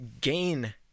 gain